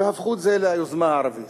והפכו את זה ליוזמה ערבית.